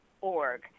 org